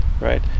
right